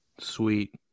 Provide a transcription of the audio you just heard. Sweet